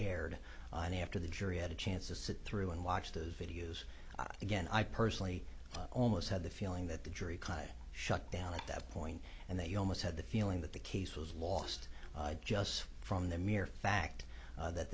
aired and after the jury had a chance to sit through and watch those videos again i personally almost had the feeling that the jury kind of shut down at that point and they almost had the feeling that the case was lost just from the mere fact that